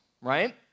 right